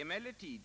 Emellertid